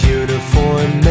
uniform